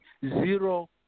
Zero